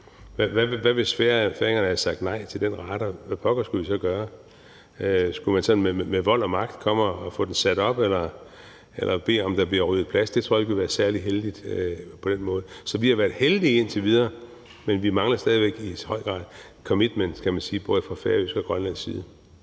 nej. Hvis færingerne havde sagt nej til den radar, hvad pokker skulle vi så gøre? Skulle man sådan med vold og magt komme og få den sat op eller bede om, at der blev ryddet plads? Det tror jeg ikke ville have været særlig heldigt på den måde. Så vi har været heldige indtil videre, men vi mangler stadig væk i høj grad commitment, kan man sige, både fra færøsk og grønlandsk side.